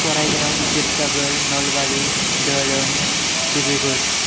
Charaideo Sibsagar Nalbari Darrang Dibrugarh